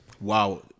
wow